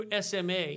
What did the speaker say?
SMA